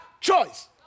choice